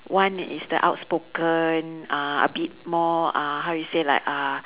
one is the outspoken uh a bit more uh how you say like uh